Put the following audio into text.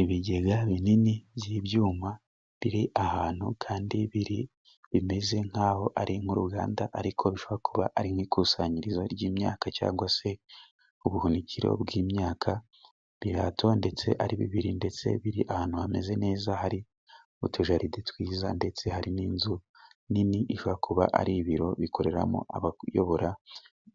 Ibigega binini by'ibyuma biri ahantu kandi biri bimeze nk'aho ari nk'uruganda ariko bishobora kuba ari nk'ikusanyirizo ry'imyaka cyangwa se ubuhunikiro bw'imyaka, pilato ndetse ari bibiri ndetse biri ahantu hameze neza hari utujaride twiza ndetse hari n'inzu nini iva kuba ari ibiro bikoreramo abayobora